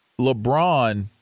LeBron